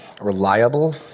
reliable